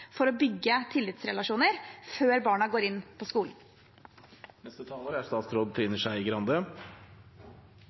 for å bygge tillitsrelasjoner før barna går inn på skolen.